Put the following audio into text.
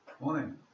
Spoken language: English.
Morning